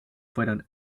fueron